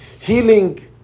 Healing